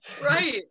right